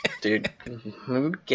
Dude